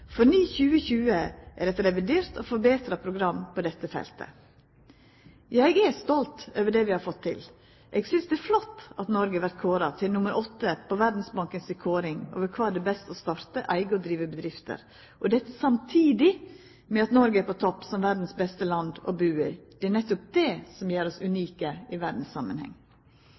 2020 er eit revidert og forbetra program på dette feltet. Ja, eg er stolt over det vi har fått til. Eg synest det er flott at Noreg er kåra til nummer åtte på Verdsbankens kåring over kvar det er best å starta, eiga og driva bedrifter, og dette samtidig med at Noreg er på topp som verdas beste land å bu i. Det er nettopp det som gjer oss unike i verdssamanheng.